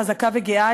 חזקה וגאה,